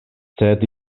sed